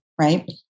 right